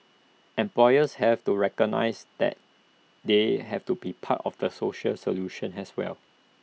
employers have to recognise that they have to be part of the social solution as well